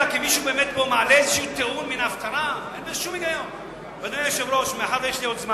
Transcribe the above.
אין לו שום נגיעה באקדמיה למדעים.